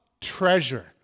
treasure